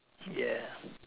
ya